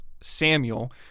Samuel